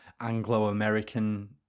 Anglo-American